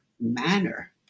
manner